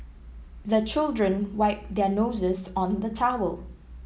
the children wipe their noses on the towel